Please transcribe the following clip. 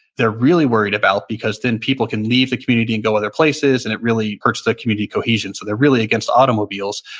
they're really worried about because then people can leave the community and go other places and it really hurts the community cohesion, so they're really against automobiles.